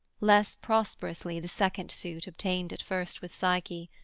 less prosperously the second suit obtained at first with psyche.